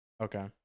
Okay